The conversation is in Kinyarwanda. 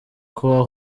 croix